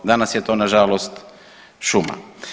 Danas je to na žalost šuma.